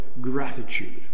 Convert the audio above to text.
gratitude